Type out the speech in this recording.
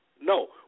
no